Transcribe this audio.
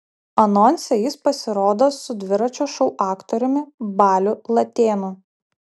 anonse jis pasirodo su dviračio šou aktoriumi baliu latėnu